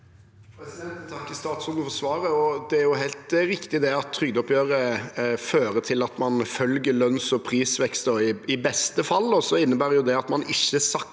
takker stats- råden for svaret. Det er helt riktig at trygdeoppgjøret fører til at man følger lønns- og prisveksten, og i beste fall innebærer det at man ikke sakker